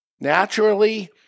Naturally